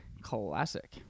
Classic